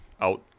Out